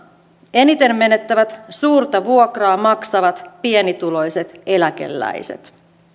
eniten menettävät suurta vuokraa maksavat pienituloiset eläkeläiset